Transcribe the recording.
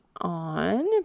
on